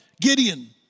Gideon